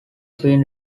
queen